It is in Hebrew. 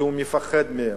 כי הוא מפחד מהם,